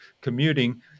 commuting